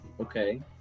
Okay